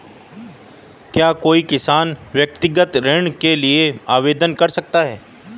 क्या कोई किसान व्यक्तिगत ऋण के लिए आवेदन कर सकता है?